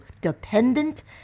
dependent